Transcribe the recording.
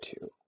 two